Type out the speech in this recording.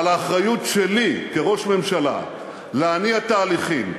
אבל האחריות שלי כראש הממשלה להניע תהליכים,